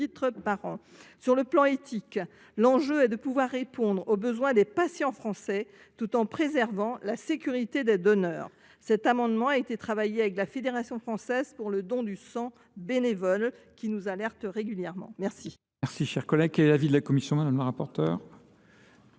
Sur le plan éthique, l’enjeu est de pouvoir mieux répondre aux besoins des patients français, tout en préservant la sécurité des donneurs. Cet amendement a été travaillé avec la Fédération française pour le don de sang bénévole, qui nous alerte régulièrement. Quel